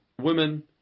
women